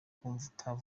kumva